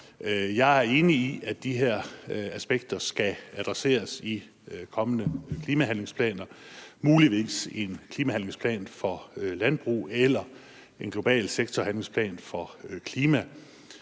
Jeg er enig i, at de her aspekter skal adresseres i kommende klimahandlingsplaner, muligvis i en klimahandlingsplan for landbruget eller en global sektorhandlingsplan for klima.